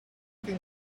can